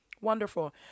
Wonderful